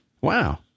Wow